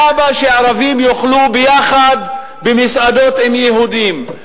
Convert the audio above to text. למה שערבים יאכלו ביחד במסעדות עם יהודים?